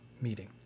meeting